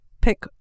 Pick